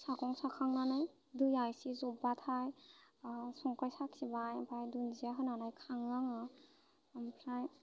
सागं साखांनानै दैया एसे जब्बाथाय संख्रि साखिबाय ओमफ्राय दुन्दिया होनानै खाङो आङो ओमफ्राय